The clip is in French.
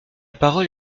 parole